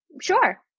sure